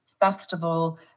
festival